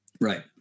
Right